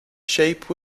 shape